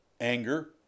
anger